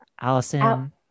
Allison